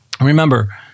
Remember